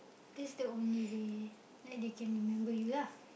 that's the only way like they can remember you lah